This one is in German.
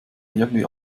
irgendwie